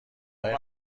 های